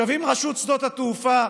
עכשיו, אם רשות שדות התעופה,